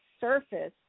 surface